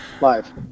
live